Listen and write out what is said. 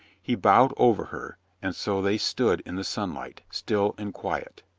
he bowed over her, and so they stood in the sunlight, still and quiet.